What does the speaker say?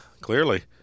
clearly